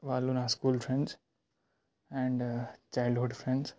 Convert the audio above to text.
వాళ్ళు నా school friends and childhood friends